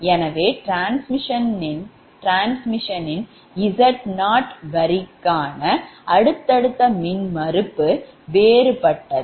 எனவே transmission Z0 வரிக்கான அடுத்தடுத்த மின்மறுப்பு வேறுபட்டது